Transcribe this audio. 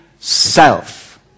Self